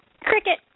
Cricket